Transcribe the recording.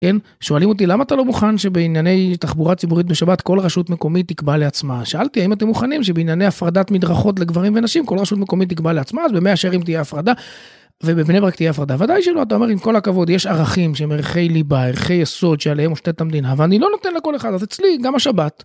שואלים אותי למה אתה לא מוכן שבענייני תחבורה ציבורית בשבת כל רשות מקומית תקבע לעצמה, אז שאלתי האם אתם מוכנים שבענייני הפרדת מדרכות לגברים ונשים כל רשות מקומית תקבע לעצמה אז במאה שערים תהיה הפרדה ובבני ברק תהיה הפרדה. בוודאי שלא, אתה אומר עם כל הכבוד יש ערכים שהם ערכי ליבה ערכי יסוד שעליהם מושתתת המדינה ואני לא נותן לכל אחד... אז אצלי, גם השבת.